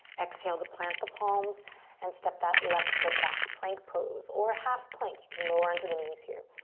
exhale to plant the palms and step that left foot back. plank pose or half plank. you can lower on to the knees here.